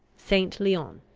st. leon,